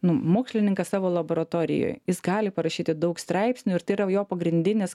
nu mokslininkas savo laboratorijoj jis gali parašyti daug straipsnių ir tai yra jo pagrindinis